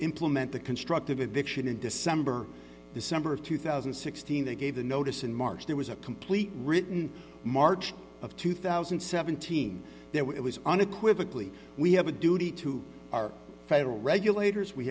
implement the constructive eviction in december december of two thousand and sixteen they gave the notice in march there was a complete written march of two thousand and seventeen there was unequivocally we have a duty to our federal regulators we